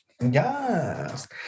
Yes